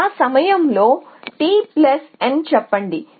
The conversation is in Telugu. ఆ సమయంలో T N గా చెప్పండి